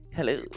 Hello